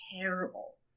Terrible